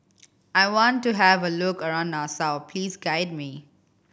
I want to have a look around Nassau please guide me